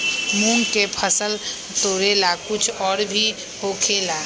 मूंग के फसल तोरेला कुछ और भी होखेला?